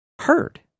heard